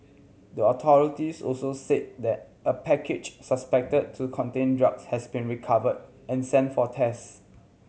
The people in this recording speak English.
the authorities also said that a package suspected to contain drugs had been recovered and sent for test